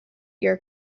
your